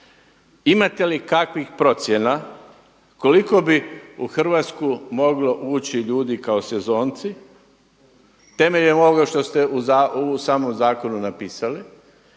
Imate li kakvih procjena koliko bi u Hrvatsku moglo ući ljudi kao sezonci, temeljem ovoga što ste u samom zakonu napisali?